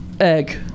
egg